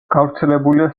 გავრცელებულია